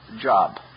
job